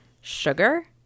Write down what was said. sugar